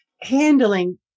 handling